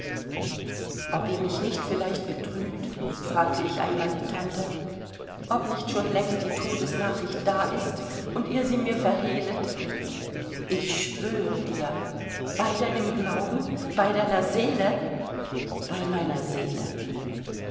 ob ihr mich nicht vielleicht betrügt fragte ich einmal die tante ob nicht schon längst die todesnachricht da ist und ihr sie mir verhehlet ich schwöre dir bei deinem glauben bei deiner seele bei meiner seele